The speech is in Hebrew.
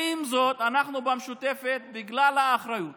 עם זאת, אנחנו במשותפת, בגלל האחריות